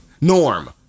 Norm